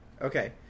Okay